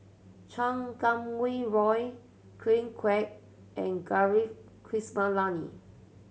Chan Kum Wah Roy Ken Kwek and Gaurav Kripalani